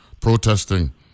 protesting